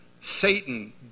Satan